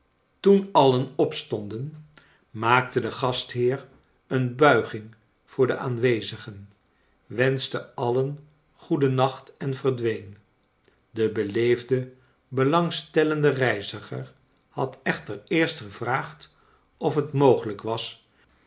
toen alien opstonden maakte de gastheer een buiging voor de aanwezigen wenschte alien goeden nacht en verdween de beleefde belangstellende reiziger had ecliter eerst gevraagd of het mogelijk was